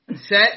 Set